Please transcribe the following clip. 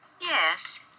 Yes